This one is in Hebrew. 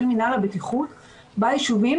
של מינהל הבטיחות ביישובים